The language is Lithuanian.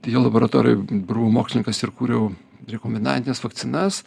jo laboratorijoj bru mokslininkas ir kūriau rekominantines vakcinas